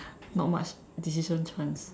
not much decision chance